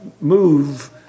move